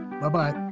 Bye-bye